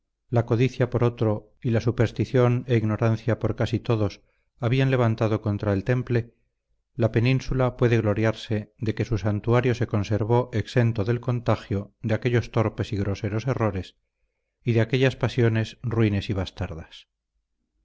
la codicia por otro y la superstición e ignorancia por casi todos habían levantado contra el temple la península puede gloriarse de que su santuario se conservó exento del contagio de aquellos torpes y groseros errores y de aquellas pasiones ruines y bastardas